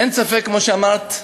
אין ספק, כמו שאמרת,